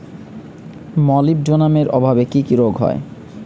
মলিবডোনামের অভাবে কি কি রোগ হয়?